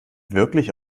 wirklich